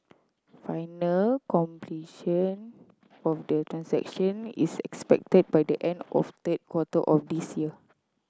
final completion form the transaction is expected by the end of the quarter of this year